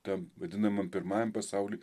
tam vadinamam pirmajam pasauly